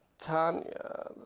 Tanya